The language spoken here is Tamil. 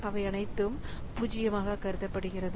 அவை அனைத்தும் 0 பூஜ்ஜியமாக கருதப்படுகிறது